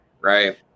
Right